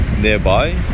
nearby